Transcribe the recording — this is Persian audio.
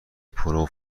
پرو